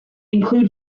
include